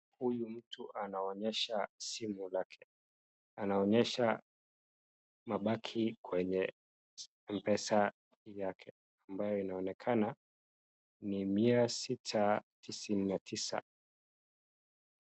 Huyu mtu anaonyesha simu lake anaonyesha mabaki kwenye Mpesa yake ambayo inaonekana ni mia sita tisini na tisa.